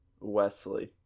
wesley